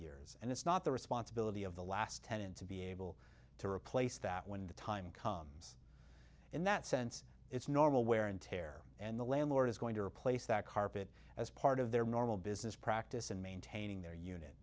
years and it's not the responsibility of the last tenant to be able to replace that when the time comes in that sense it's normal wear and tear and the landlord is going to replace that carpet as part of their normal business practice in maintaining their unit